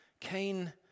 Cain